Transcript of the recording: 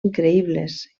increïbles